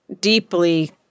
deeply